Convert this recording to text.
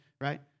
right